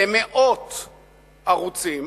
למאות ערוצים,